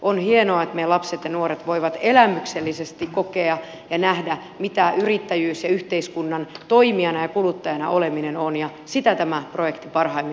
on hienoa että meidän lapset ja nuoret voivat elämyksellisesti kokea ja nähdä mitä yrittäjyys ja yhteiskunnan toimijana ja kuluttajana oleminen on ja sitä tämä projekti varhain